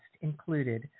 included